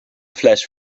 flash